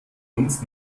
uns